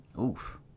Oof